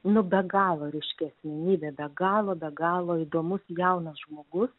nu be galo ryški asmenybė be galo be galo įdomus jaunas žmogus